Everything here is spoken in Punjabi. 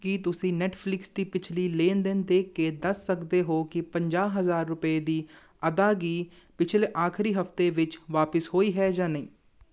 ਕੀ ਤੁਸੀਂਂ ਨੈੱਟਫ਼ਲਿਕਸ ਦੀ ਪਿਛਲੀ ਲੈਣ ਦੇਣ ਦੇਖ ਕੇ ਦੱਸ ਸਕਦੇ ਹੋ ਕਿ ਪੰਜਾਹ ਹਜ਼ਾਰ ਰੁਪਏ ਦੀ ਅਦਾਇਗੀ ਪਿਛਲੇ ਆਖਰੀ ਹਫ਼ਤੇ ਵਿੱਚ ਵਾਪਸ ਹੋਈ ਹੈ ਜਾਂ ਨਹੀਂ